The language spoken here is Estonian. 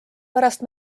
pärast